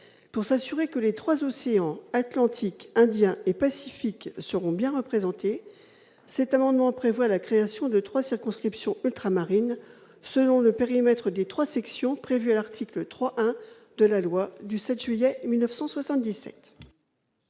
Pour s'assurer que les trois océans - Atlantique, Indien et Pacifique - seront bien représentés, cet amendement prévoit la création de trois circonscriptions ultramarines, selon le périmètre des trois sections prévues à l'article 3-1 de la loi du 7 juillet 1977.